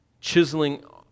chiseling